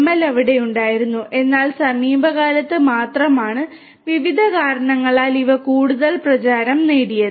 ML അവിടെ ഉണ്ടായിരുന്നു എന്നാൽ സമീപകാലത്ത് മാത്രമാണ് വിവിധ കാരണങ്ങളാൽ ഇവ കൂടുതൽ പ്രചാരം നേടിയത്